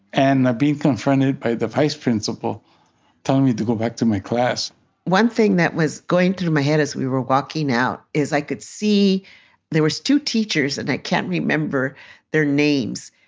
and being confronted by the vice principal telling me to go back to my class one thing that was going through my head as we were walking out is, i could see there was two teachers, and i can't remember their names,